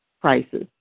prices